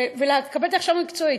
לקבל את ההכשרה המקצועית.